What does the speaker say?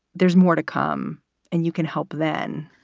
there's more to come and you can help then.